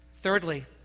Thirdly